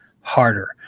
harder